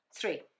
Three